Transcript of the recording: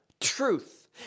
truth